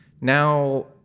Now